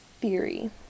theory